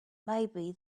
maybe